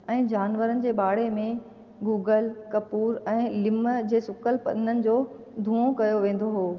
ऐं जानवरनि जे बाड़े में गूगल कपूर ऐं लिम जे सुकल पन जो दूंहों कयो वेंदो हो